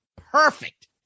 perfect